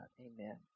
Amen